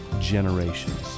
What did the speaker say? generations